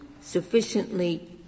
sufficiently